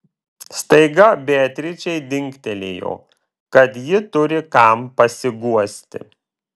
staiga beatričei dingtelėjo kad ji turi kam pasiguosti